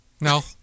no